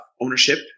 ownership